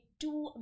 two